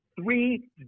Three